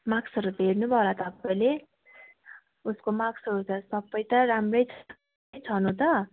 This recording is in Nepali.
मार्क्सहरू त हेर्नुभयो होला तपाईँले उसको मार्क्सहरू त सबै त राम्रै छ कि छनु त